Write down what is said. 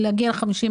כן.